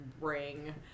ring